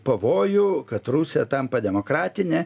pavojų kad rusija tampa demokratine